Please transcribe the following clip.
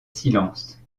silence